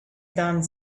done